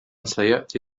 سيأتي